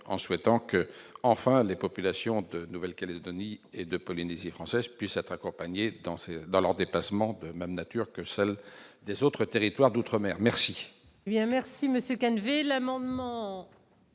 en souhaitant que, enfin, les populations de Nouvelle-Calédonie et de Polynésie française, puisse être accompagné tancer dans leurs déplacements, de même nature que celle des autres territoires d'outre-mer, merci. Bien, merci Monsieur Quenneville amendements.